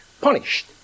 punished